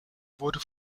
wurde